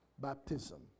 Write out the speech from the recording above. baptism